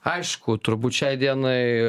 aišku turbūt šiai dienai